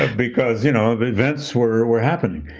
ah because you know the events were were happening.